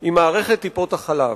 היא מערכת טיפות-החלב,